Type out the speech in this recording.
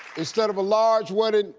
instead of a large wedding,